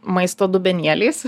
maisto dubenėliais